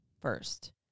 first